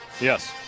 Yes